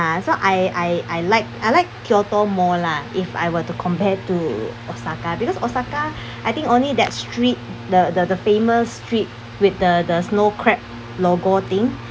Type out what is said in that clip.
ah so I I I like I like kyoto more lah if I were to compare to osaka because osaka I think only that street the the famous street with the the snow crab logo thing